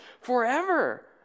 forever